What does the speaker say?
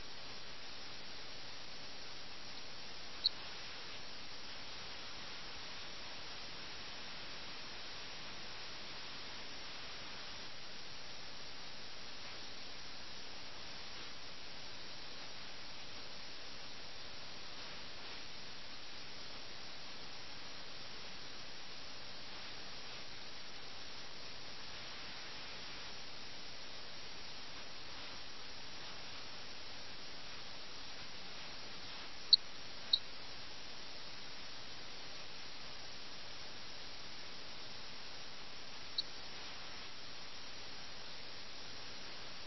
യജമാനനെ വിളിക്കുന്നു യജമാനൻ ഹാജരാവാൻ രാജാവ് കൽപിക്കുന്നു വിളിപ്പിക്കുന്നതിന്റെ ഉദ്ദേശ്യം എന്താണെന്ന് ദാസൻ അയാളോട് ചോദിക്കുന്നു അപ്പോൾ ദൂതൻ പറഞ്ഞു എനിക്ക് നിങ്ങളോട് പറയാൻ കഴിയില്ല അദ്ദേഹത്തെ വിളിപ്പിച്ചിരിക്കുന്നു ഒരുപക്ഷേ രാജാവിന്റെ സൈന്യത്തിന് കുറച്ച് പടയാളികളെ അദ്ദേഹത്തിന് നൽകേണ്ടി വന്നേക്കാം